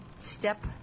step